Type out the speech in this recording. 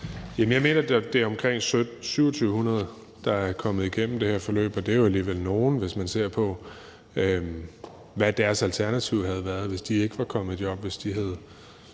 Jeg mener, det er omkring 2.700, der er kommet igennem det her forløb, og det er jo alligevel nogle, hvis man ser på, hvad deres alternativ havde været, hvis de ikke var kommet i job,